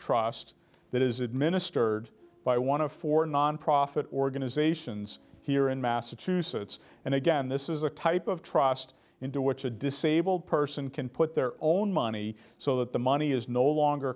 trust that is administered by one of four nonprofit organizations here in massachusetts and again this is a type of trust into which a disabled person can put their own money so that the money is no longer